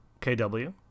KW